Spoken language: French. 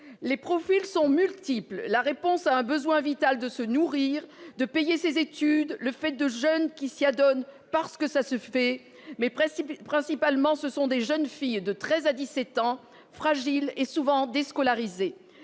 Les profils sont multiples : la réponse à un besoin vital de se nourrir, de payer ses études, le fait de jeunes qui s'y adonnent « parce que ça se fait ». Ce sont principalement des jeunes filles de treize à dix-sept ans, fragiles et souvent déscolarisées.